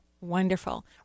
Wonderful